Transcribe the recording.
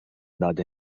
داده